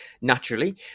naturally